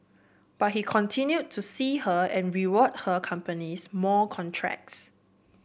but he continued to see her and rewarded her companies more contracts